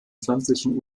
pflanzlichen